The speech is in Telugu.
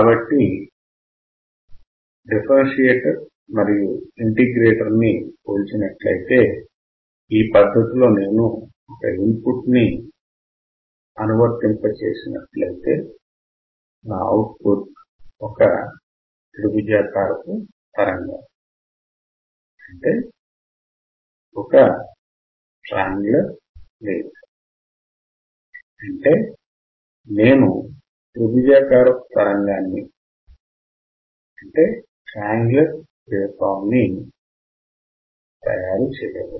కాబట్టి డిఫరెన్షియేటర్ మరియు ఇంటిగ్రేటర్ ని పోల్చినట్లయితే ఈ పద్ధతిలో నేను ఒక ఇన్ పుట్ అనువర్తింప చేసినట్లయితే నా అవుట్ పుట్ ఒక త్రిభుజాకారపు తరంగం అంటే నేను త్రిభుజాకారపు తరంగాన్ని తయారుచేయవచ్చు